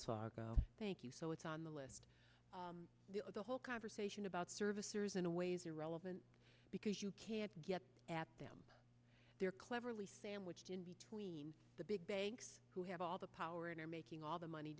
well thank you so it's on the list the whole conversation about servicers and always irrelevant because you can't get at them they're cleverly sandwiched in between the big banks who have all the power and are making all the money